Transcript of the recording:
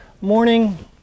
morning